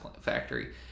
Factory